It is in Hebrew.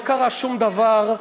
לא אמרתי שיש.